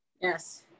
Yes